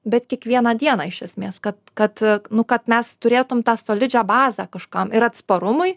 bet kiekvieną dieną iš esmės kad kad nu kad mes turėtum tą solidžią bazę kažkam ir atsparumui